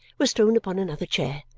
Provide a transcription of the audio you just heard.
was thrown upon another chair.